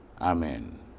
Amen